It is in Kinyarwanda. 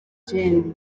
gen